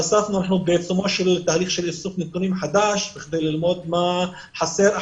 בעיצומו של תהליך איסוף נתונים חדש כדי ללמוד מה חסר.